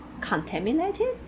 contaminated